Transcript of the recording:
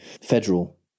federal